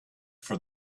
for